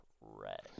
red